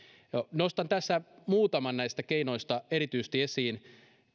nostan tässä esiin erityisesti muutaman näistä keinoista